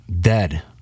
Dead